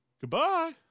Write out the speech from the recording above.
Goodbye